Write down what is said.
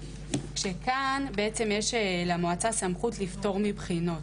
כשכאן יש למועצה סמכות לפטור מבחינות.